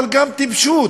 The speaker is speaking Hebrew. אבל גם טיפשות.